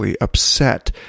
upset